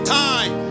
time